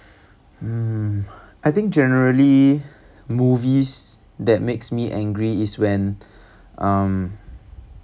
mmhmm I think generally movies that makes me angry is when um